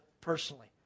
personally